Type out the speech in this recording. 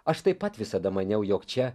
aš taip pat visada maniau jog čia